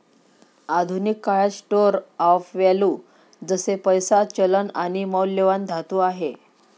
आधुनिक काळात store of value जसे पैसा, चलन आणि मौल्यवान धातू आहे